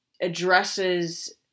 addresses